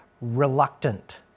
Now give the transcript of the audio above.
reluctant